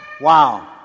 Wow